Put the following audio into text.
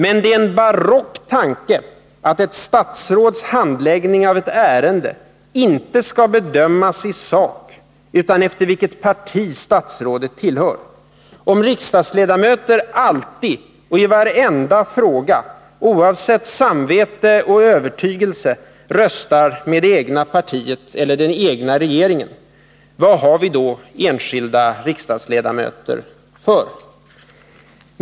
Men det är en barock tanke att ett statsråds handläggning av ett ärende inte skall bedömas i sak utan efter vilket parti statsrådet tillhör. Om riksdagsledamöter alltid i varenda fråga, oavsett samvete och övertygelse, röstar med det egna partiet eller med den egna regeringen, vad har vi då enskilda riksdagsledamöter för?